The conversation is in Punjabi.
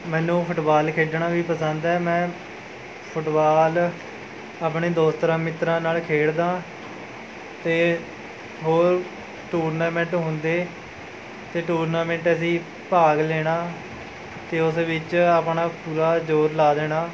ਮੈਨੂੰ ਫੁੱਟਵਾਲ ਖੇਡਣਾ ਵੀ ਪਸੰਦ ਹੈ ਮੈਂ ਫੁੱਟਵਾਲ ਆਪਣੇ ਦੋਸਤਰਾਂ ਮਿੱਤਰਾਂ ਨਾਲ਼ ਖੇਡਦਾ ਅਤੇ ਹੋਰ ਟੂਰਨਾਮੈਂਟ ਹੁੰਦੇ ਅਤੇ ਟੂਰਨਾਮੈਂਟ ਅਸੀਂ ਭਾਗ ਲੈਣਾ ਅਤੇ ਉਸ ਵਿੱਚ ਆਪਣਾ ਪੂਰਾ ਜ਼ੋਰ ਲਾ ਦੇਣਾ